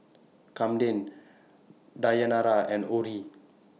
Kamden Dayanara and Orrie